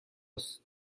است